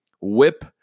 whip